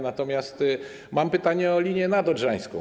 Natomiast mam pytanie o linię nadodrzańską.